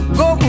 go